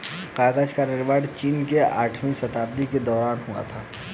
कागज का निर्माण चीन में आठवीं शताब्दी के दौरान हुआ था